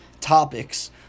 topics